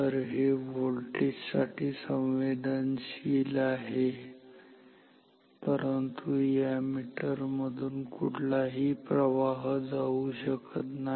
तर हे व्होल्टेजसाठी संवेदनशील आहे परंतु या मीटरमधून कोणताही प्रवाह जाऊ शकत नाही